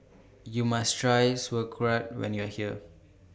YOU must Try Sauerkraut when YOU Are here